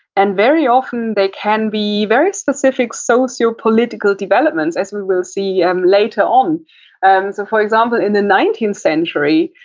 and very often they can be very specific socio political developments as we will see and later on and so for example, in the nineteenth century,